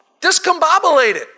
discombobulated